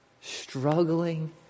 struggling